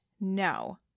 no